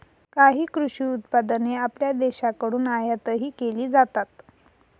काही कृषी उत्पादने आपल्या देशाकडून आयातही केली जातात